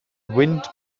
wind